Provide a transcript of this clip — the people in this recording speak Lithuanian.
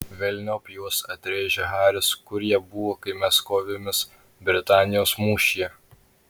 velniop juos atrėžė haris kur jie buvo kai mes kovėmės britanijos mūšyje